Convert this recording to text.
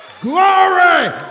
Glory